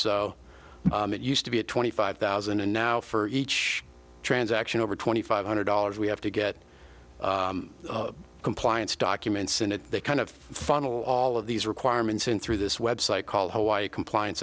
so it used to be a twenty five thousand and now for each transaction over twenty five hundred dollars we have to get compliance documents and it kind of funnel all of these requirements in through this website called hawaii compliance